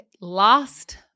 Last